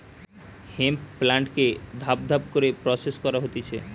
hemp প্লান্টকে ধাপ ধাপ করে প্রসেস করা হতিছে